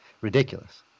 ridiculous